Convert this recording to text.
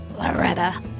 Loretta